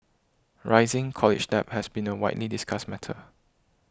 rising college debt has been a widely discussed matter